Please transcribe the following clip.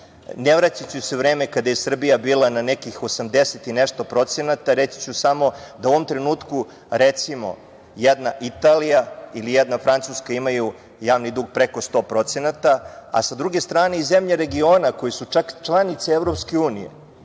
ne vraćajući se u vreme kada je Srbija bila na nekih 80 i nešto procenata, reći ću samo da u ovom trenutku recimo jedna Italija ili jedna Francuska imaju javni dug preko 100%, a sa druge strane i zemlje regiona koje su čak članice EU imaju